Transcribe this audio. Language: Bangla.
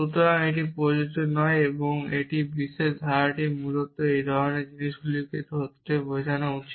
সুতরাং এটি প্রযোজ্য নয় এবং এখানে এই বিশেষ ধারাটি মূলত এই ধরণের জিনিসগুলিকে ধরতে বোঝানো হয়েছে